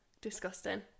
Disgusting